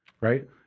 right